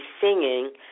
singing